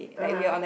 ah !huh!